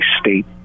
state